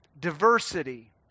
diversity